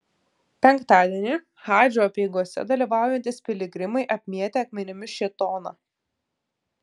penktadienį hadžo apeigose dalyvaujantys piligrimai apmėtė akmenimis šėtoną